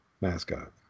mascot